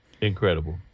Incredible